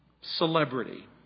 celebrity